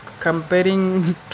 comparing